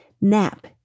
Nap